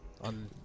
On